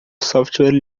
software